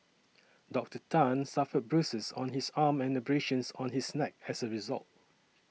Doctor Tan suffered bruises on his arm and abrasions on his neck as a result